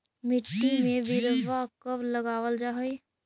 मिट्टी में बिरवा कब लगावल जा हई?